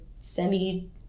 semi